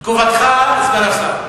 תגובתך, סגן השר.